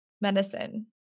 medicine